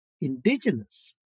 Indigenous